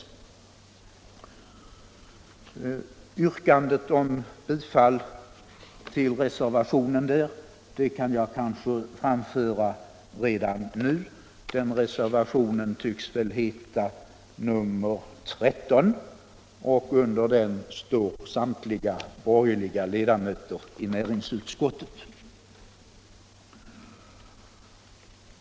Yrkandet om bifall till reservationen 13, under vilken står samtliga borgerliga ledamöter i näringsutskottet, vill jag framföra redan nu.